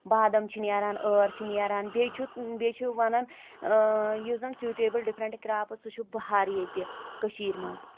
بادم چھِ نٮ۪ران ٲر چھِ نٮ۪ران بیٚیہِ چھُ بیٚیہِ چھِ ونان اۭں یُس زن سیوٗٹیبٕل ڈِفرنٹ کراپٕس سُہ چھُ بہار ییٚتہِ کشیٖرِ منٛز